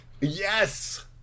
Yes